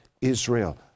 Israel